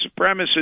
supremacists